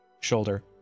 shoulder